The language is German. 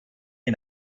die